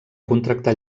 contractar